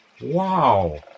Wow